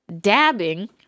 dabbing